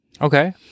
Okay